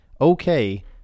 okay